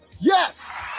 yes